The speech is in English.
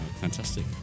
fantastic